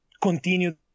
continue